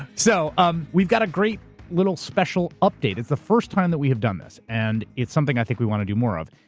so um we've got a great little special update. it's the first time that we have done this and it's something i think we wanna do more of.